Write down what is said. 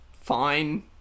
fine